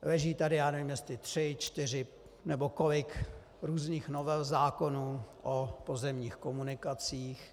Leží tady, já nevím, jestli tři, čtyři nebo kolik různých novel zákonů o pozemních komunikacích.